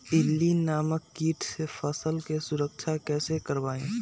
इल्ली नामक किट से फसल के सुरक्षा कैसे करवाईं?